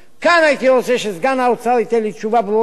כאן הייתי רוצה שסגן שר האוצר ייתן לי תשובה ברורה.